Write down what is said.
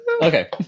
okay